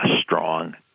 strong